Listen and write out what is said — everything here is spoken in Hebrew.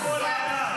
אוי,